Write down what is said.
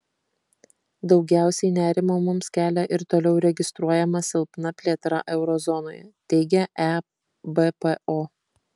daugiausiai nerimo mums kelia ir toliau registruojama silpna plėtra euro zonoje teigia ebpo